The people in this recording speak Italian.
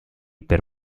per